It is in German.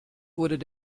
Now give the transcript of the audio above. wurden